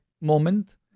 moment